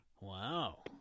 Wow